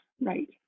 Right